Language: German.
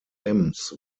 ems